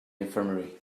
infirmary